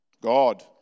God